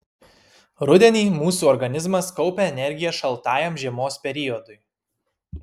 rudenį mūsų organizmas kaupia energiją šaltajam žiemos periodui